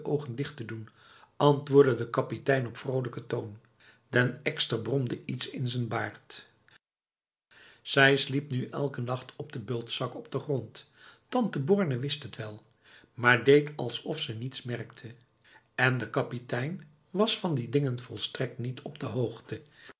ogen dicht te doen antwoordde de kapitein op vrolijke toon den ekster bromde iets in z'n baard zij sliep nu elke nacht op de bultzak op de grond tante borne wist het wel maar deed alsof ze niets merkte en de kapitein was van die dingen volstrekt niet op de hoogte